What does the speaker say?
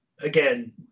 Again